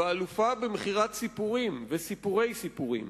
ואלופה במכירת סיפורים וסיפורי סיפורים.